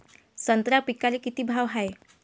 संत्रा पिकाले किती भाव हाये?